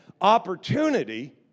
opportunity